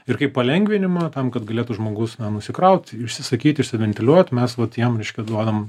ir kaip palengvinimą tam kad galėtų žmogus na nusikraut išsisakyt ir išsiventiliuot mes vat jiem reiškia duodam